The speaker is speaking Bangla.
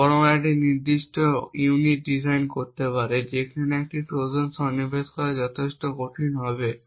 বা বরং একটি নির্দিষ্ট হার্ডওয়্যার ইউনিট ডিজাইন করতে পারি যেখানে একটি ট্রোজান সন্নিবেশ করা যথেষ্ট কঠিন হবে